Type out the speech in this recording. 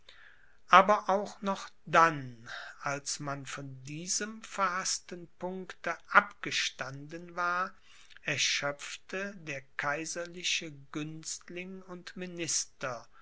aber auch noch dann als man von diesem verhaßten punkt abgestanden war erschöpfte der kaiserliche günstling und minister